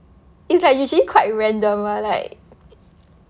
is like usually quite random ah like